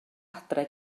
adre